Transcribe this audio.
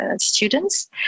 students